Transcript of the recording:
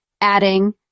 adding